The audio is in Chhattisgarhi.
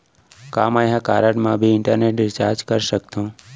का मैं ह कारड मा भी इंटरनेट रिचार्ज कर सकथो